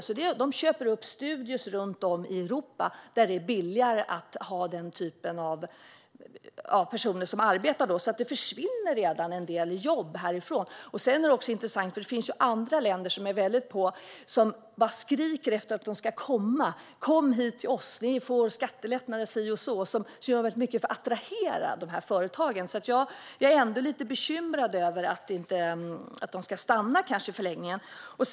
I stället köper de upp studior runt om i Europa, för där är arbetskraften billigare. Det försvinner alltså redan en del jobb härifrån. Det finns andra länder som är väldigt på och skriker efter att de ska komma: Kom hit, så får ni skattelättnader! De gör mycket för att attrahera de här företagen. Jag är ändå lite bekymrad över att de kanske inte stannar.